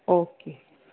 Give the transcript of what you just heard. okay